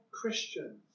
Christians